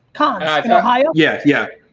cart in ohio? yeah, yeah,